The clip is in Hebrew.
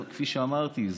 כפי שאמרתי,